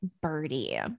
Birdie